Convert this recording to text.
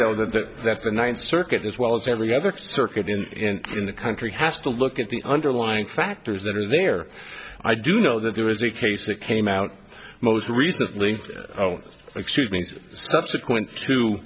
know that that's the ninth circuit as well as every other circuit in the country has to look at the underlying factors that are there i do know that there is a case that came out most recently oh excuse me subsequent to